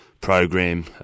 program